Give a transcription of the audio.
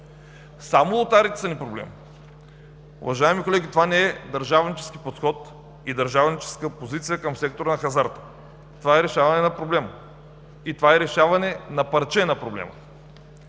само лотариите са ни проблем. Уважаеми колеги, това не е държавнически подход и държавническа позиция към сектора на хазарта. Това е решаване на проблем и това е решаване на проблема